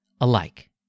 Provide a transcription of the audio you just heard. alike